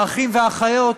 האחים והאחיות,